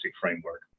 framework